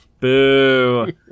Boo